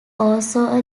also